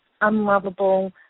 unlovable